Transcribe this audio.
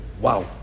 Wow